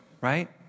right